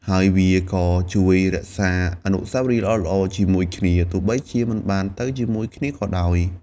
ហើយវាក៏ជួយរក្សាអនុស្សាវរីយ៍ល្អៗជាមួយគ្នា ទោះបីមិនបានទៅជាមួយគ្នាក៏ដោយ។